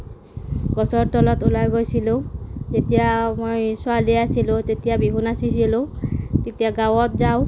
গছৰ তলত ওলাই গৈছিলোঁ যেতিয়া মই ছোৱালী আছিলোঁ তেতিয়া বিহু নাচিছিলোঁ তেতিয়া গাঁৱত যাওঁ